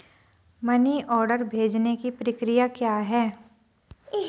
Money order भेजने की प्रक्रिया क्या है?